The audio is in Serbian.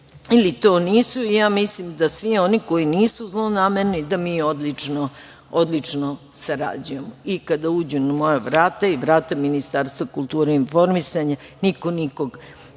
ili to nisu. Mislim da svi oni koji nisu zlonamerni da mi odlično sarađujemo. Kada uđu na moja vrata i vrata Ministarstva kulture i informisanja, niko nikog